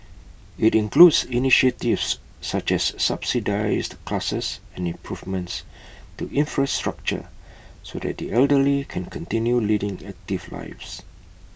IT includes initiatives such as subsidised classes and improvements to infrastructure so that the elderly can continue leading active lives